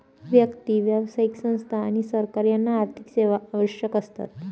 व्यक्ती, व्यावसायिक संस्था आणि सरकार यांना आर्थिक सेवा आवश्यक असतात